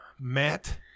Matt